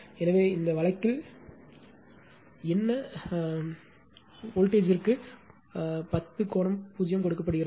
எனவே இந்த வழக்கில் என்ன அழைப்பு வோல்ட்டேஜ் ற்கு 10 கோணம் 0 கொடுக்கப்படுகிறது